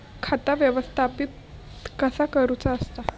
खाता व्यवस्थापित कसा करुचा असता?